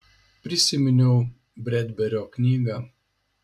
prisiminiau bredberio knygą